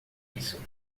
isso